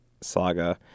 saga